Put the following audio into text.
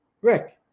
Rick